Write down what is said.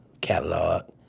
catalog